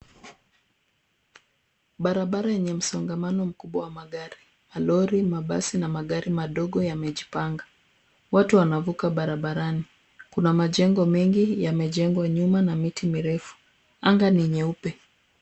Barabara yenye msongamano mkubwa wa magari, malori, mabasi na magari madogo yamejipanga. Watu wanavuka barabarani, kuna majengo mengi yamejengwa nyuma na miti mirefu. Anga ni nyeupe.